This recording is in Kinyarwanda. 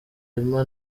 emma